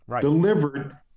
delivered